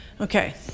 Okay